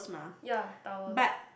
ya towers